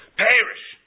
perish